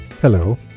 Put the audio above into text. Hello